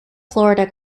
florida